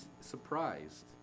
surprised